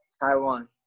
Taiwan